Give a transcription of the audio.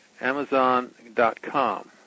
Amazon.com